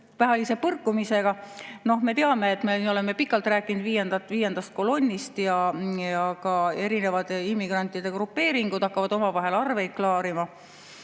põrkumisega. Me teame, me oleme pikalt rääkinud viiendast kolonnist ja ka erinevad immigrantide grupeeringud hakkavad omavahel arveid klaarima.